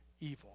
evil